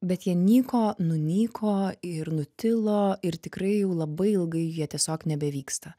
bet jie nyko nunyko ir nutilo ir tikrai jau labai ilgai jie tiesiog nebevyksta